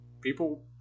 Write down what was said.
people